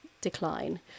decline